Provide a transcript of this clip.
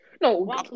No